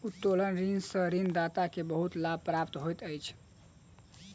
उत्तोलन ऋण सॅ ऋणदाता के बहुत लाभ प्राप्त होइत अछि